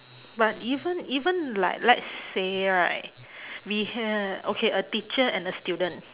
but even even like let's say right we had okay a teacher and a student